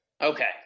Okay